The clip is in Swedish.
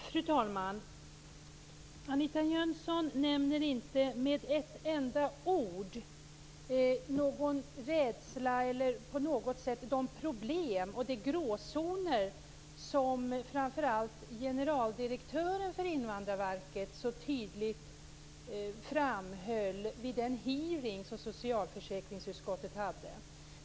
Fru talman! Anita Jönsson nämner inte med ett enda ord de problem och de gråzoner som framför allt generaldirektören för Invandrarverket så tydligt framhöll vid den hearing som socialförsäkringsutskottet hade.